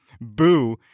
Boo